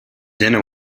dinner